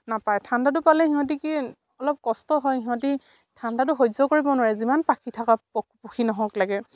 নাপায় ঠাণ্ডাটো পালে সিহঁতি কি অলপ কষ্ট হয় সিহঁতি ঠাণ্ডাটো সহ্য কৰিব নোৱাৰে যিমান পাখী থকা পক্ষী নহওক লাগে